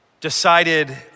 decided